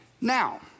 Now